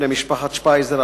בני משפחת שפייזר,